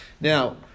Now